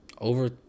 over